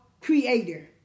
creator